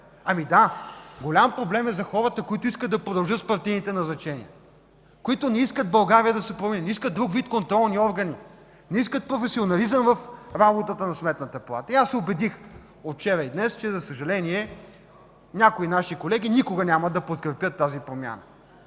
Ами да, голям проблем е за хората, които искат да продължат с партийните назначения, които не искат България да се промени. Не искат друг вид контролни органи, не искат професионализъм в работата на Сметната палата. Аз се убедих от вчера и днес, че, за съжаление, някои наши колеги никога няма да подкрепят тази промяна.